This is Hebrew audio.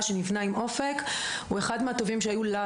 שנבנה עם אופק הוא אחד מהטובים שהיו לנו,